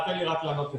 תן לי רק לענות לך,